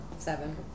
Seven